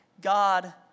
God